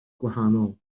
gwahanol